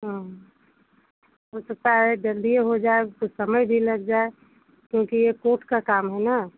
हाँ हो सकता है जल्दी हो जाए कुछ समय भी लग जाए क्योंकि ये कोट का काम है न